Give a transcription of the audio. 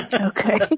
Okay